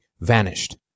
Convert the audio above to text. vanished